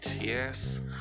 yes